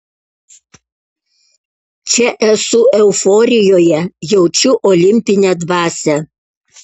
čia esu euforijoje jaučiu olimpinę dvasią